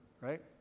right